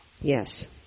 Yes